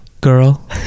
Girl